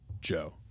Joe